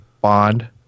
bond